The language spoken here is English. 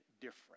different